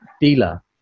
dealer